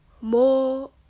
more